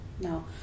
No